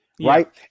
Right